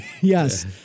Yes